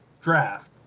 draft